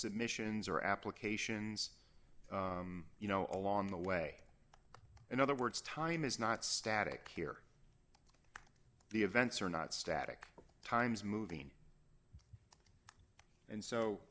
submissions or applications you know along the way in other words time is not static here the events are not static times moving and so